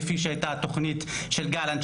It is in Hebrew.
כפי שהייתה תכנית של גלנט,